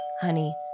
honey